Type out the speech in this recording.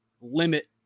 limit